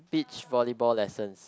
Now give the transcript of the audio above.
beach volleyball lessons